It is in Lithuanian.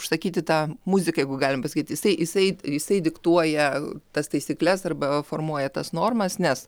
užsakyti tą muziką jeigu galim pasakyt jisai jisai jisai diktuoja tas taisykles arba formuoja tas normas nes